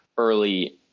early